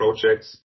projects